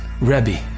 Rebbe